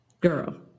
Girl